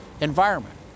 environment